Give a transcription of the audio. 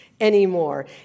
anymore